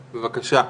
בבקשה.